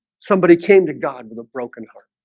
somebody came to god with a broken arm